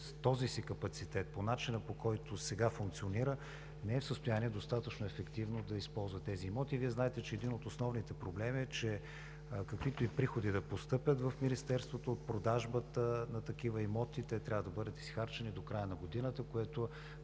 този си капацитет, по начина по който сега функционира, не е в състояние достатъчно ефективно да използва тези имоти. Вие знаете, че един от основните проблеми е, че каквито и приходи да постъпят в Министерството от продажбата на такива имоти, те трябва да бъдат изхарчени до края на годината, което